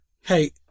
Hey